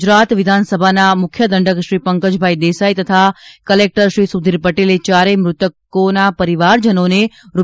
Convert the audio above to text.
ગુજરાત વિધાનસભાના મુખ્યદંડકશ્રી પંકજભાઈ દેસાઈ તથા કલેક્ટરશ્રી સુધીર પટેલે ચારેય મૃતક જનોના પરિવારોને રૂ